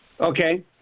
Okay